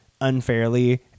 unfairly